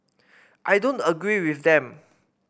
I don't agree with them